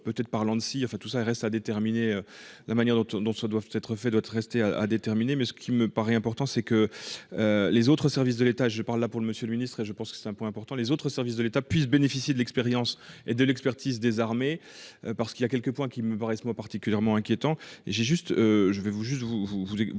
peut-être par l'Anssi enfin tout ça reste à déterminer la manière dont on dont se doivent être faits, d'autres, restait à déterminer mais ce qui me paraît important c'est que. Les autres services de l'État je parle là pour le. Monsieur le Ministre et je pense que c'est un point important, les autres services de l'État puisse bénéficier de l'expérience et de l'expertise désarmés. Parce qu'il y a quelques points qui me paraissent moi particulièrement inquiétant et j'ai juste je vais